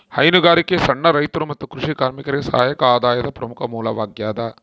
ಹೈನುಗಾರಿಕೆ ಸಣ್ಣ ರೈತರು ಮತ್ತು ಕೃಷಿ ಕಾರ್ಮಿಕರಿಗೆ ಸಹಾಯಕ ಆದಾಯದ ಪ್ರಮುಖ ಮೂಲವಾಗ್ಯದ